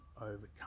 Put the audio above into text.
overcome